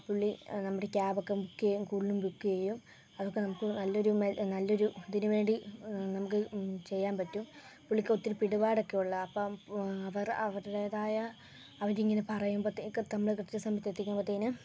ആ പുള്ളി നമ്മുടെ ക്യാബൊക്കെ ബുക്ക് ചെയ്യും കൂടുതലും ബുക്ക് ചെയ്യും അതൊക്കെ നമുക്ക് നല്ലൊരു നല്ലൊരു ഇതിനു വേണ്ടി നമുക്ക് ചെയ്യാൻ പറ്റും പുള്ളിക്ക് ഒത്തിരി പിടിപാടൊക്കെ ഉള്ളതാണ് അപ്പോൾ അവർ അവരുടേതായ അവരിങ്ങനെ പറയുമ്പത്തേക്ക് നമ്മള് കൃത്യ സമയത്ത് എത്തിക്കുമ്പത്തേനും